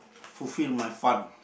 fulfil my fun